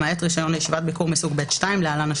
למעט רישיון לישיבת ביקור מסוג ב/2 (להלן,